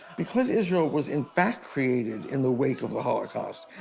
because israel was in fact created in the wake of the holocaust,